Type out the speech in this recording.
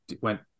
went